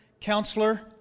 counselor